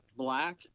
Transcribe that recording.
Black